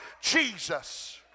Jesus